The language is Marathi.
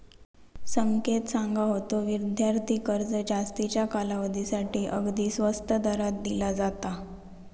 संकेत सांगा होतो, विद्यार्थी कर्ज जास्तीच्या कालावधीसाठी अगदी स्वस्त दरात दिला जाता